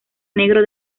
negro